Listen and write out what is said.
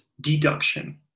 deduction